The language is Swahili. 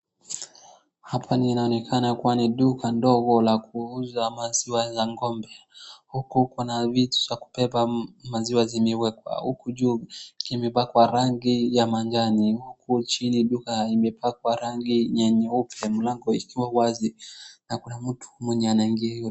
Hapa linaonaekana ni duka ndogo la kuuza maziwa ya ng'ombe. Huku vitu ya kubeba maziwa zimeekwa huku juu kumepakwa rangi ya majani hapo chini duka limepakwa rangi nyeupe mlango ikiwa wazi na kuna mtu mwenye anaingilia.